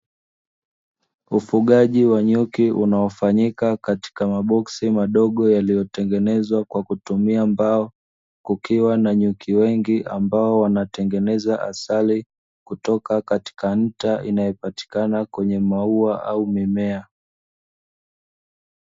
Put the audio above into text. Ufugaji wa nyuki unaofanyika katika maboksi madogo yaliyotengenezwa kwa kutumia mbao, kukiwa na nyuki wengi kutoka katika ncha inayopatikana kwenye maua au mimea.